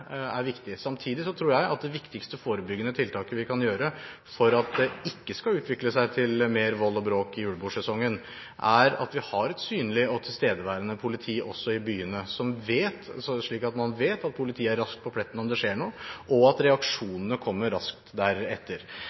er viktig. Samtidig tror jeg at det viktigste forebyggende tiltaket vi kan gjøre for at det ikke skal utvikle seg til mer vold og bråk i julebordsesongen, er at vi har et synlig og tilstedeværende politi også i byene, slik at man vet at politiet er raskt på pletten om det skjer noe, og at reaksjonene kommer raskt